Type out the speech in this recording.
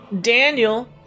Daniel